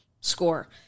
score